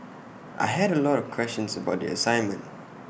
I had A lot of questions about the assignment